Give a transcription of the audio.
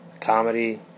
Comedy